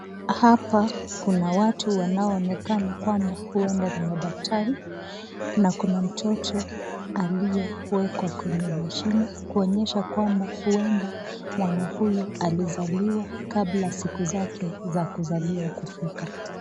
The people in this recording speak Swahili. Hapa kuna watu wanaonekana kwamba ueda ni madaktari na kuna mtoto aliyewekwa kwenye mashini kuonyesha kwamba ueda mwana huyu alizaliwa kabla siku zake za kuzaliwa kufika.